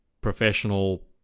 professional